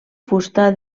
fusta